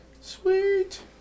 Sweet